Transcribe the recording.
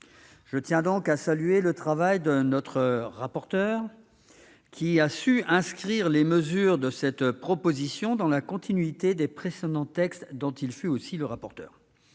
par conséquent à saluer le travail du rapporteur, qui a su inscrire les mesures de cette proposition de loi dans la continuité des précédents textes dont il fut aussi le rapporteur.